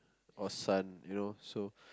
or son you know